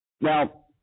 Now